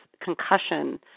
concussion